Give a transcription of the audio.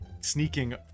sneaking